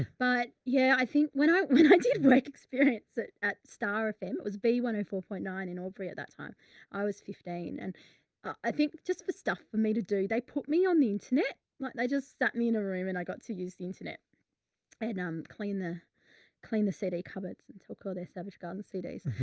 but yeah, i think when i when i did break experience at start fm, it was b one zero four point nine in aubrey. at that time i was fifteen and i think just for stuff for me to do. they put me on the internet, like and they just sat me in a room and i got to use the internet and um clean the clean the cd cupboards, and took all their savage garden cds.